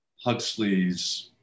Huxley's